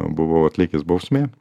buvau atlikęs bausmė